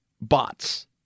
bots